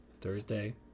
Thursday